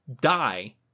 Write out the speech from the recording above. die